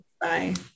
Bye